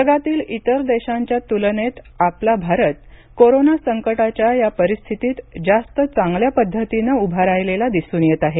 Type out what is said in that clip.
जगातील इतर देशांच्या तुलनेत आपला भारत कोरोना संकटाच्या या परिस्थितीत जास्त चांगल्या पद्धतीनं उभा राहिलेला दिसून येत आहे